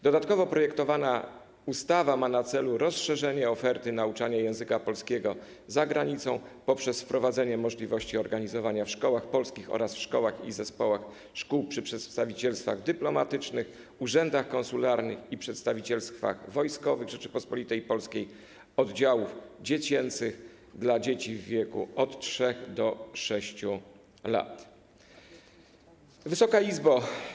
Dodatkowo projektowana ustawa ma na celu rozszerzenie oferty nauczania języka polskiego za granicą poprzez wprowadzenie możliwości organizowania w szkołach polskich oraz w szkołach i zespołach szkół przy przedstawicielstwach dyplomatycznych, urzędach konsularnych i przedstawicielstwach wojskowych Rzeczypospolitej Polskiej oddziałów dziecięcych dla dzieci w wieku od 3 do 6 lat. Wysoka Izbo!